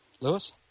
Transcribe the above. Lewis